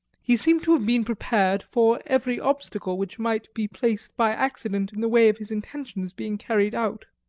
he seemed to have been prepared for every obstacle which might be placed by accident in the way of his intentions being carried out.